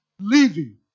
leaving